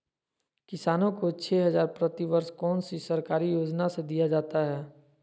किसानों को छे हज़ार प्रति वर्ष कौन सी सरकारी योजना से दिया जाता है?